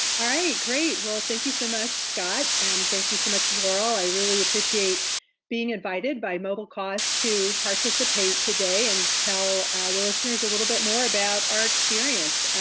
all right, great. well, thank you so much, scott. and thank you so much, laurel, i really appreciate being invited by mobilecause to participate today and tell the listeners a little bit more about our experience.